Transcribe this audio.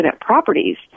properties